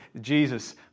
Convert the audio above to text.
Jesus